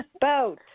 Boat